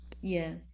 yes